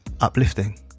uplifting